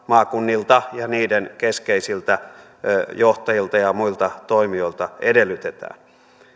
maakunnilta ja niiden keskeisiltä johtajilta ja ja muilta toimijoilta edellytetään